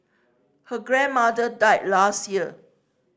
her grandmother died last year